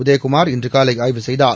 உதயகுமார் இன்று காலை ஆய்வு செய்தார்